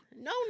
No